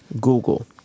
Google